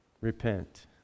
repent